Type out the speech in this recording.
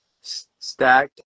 stacked